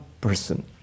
person